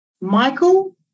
Michael